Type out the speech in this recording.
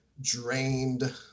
drained